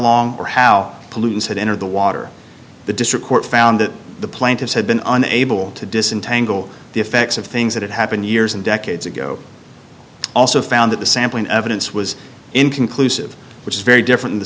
long or how pollutants had entered the water the district court found that the plaintiffs had been unable to disentangle the effects of things that happened years and decades ago also found that the sampling evidence was inconclusive which is very different in the